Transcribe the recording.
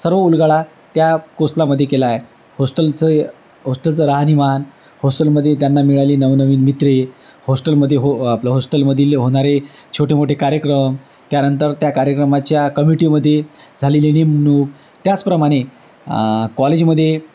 सर्व उलगडा त्या कोसलामध्ये केला आहे होस्टेलचं होस्टेलचं राहणीमान होस्टेलमध्ये त्यांना मिळाली नवनवीन मित्रे होस्टलमध्ये हो आपलं होस्टेलमधले होणारे छोटे मोठे कार्यक्रम त्यानंतर त्या कार्यक्रमाच्या कमिटीमध्ये झालेले नेमणूक त्याचप्रमाणे कॉलेजमध्ये